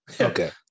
Okay